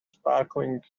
sparkling